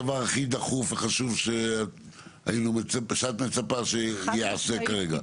הדבר הכי דחוף והחשוב שאת מצפה שייעשה כרגע?